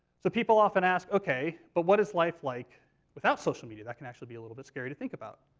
so people often ask, ok, but what is life like without social media? that can actually be a little bit scary to think about.